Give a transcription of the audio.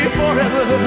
forever